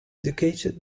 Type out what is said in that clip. educated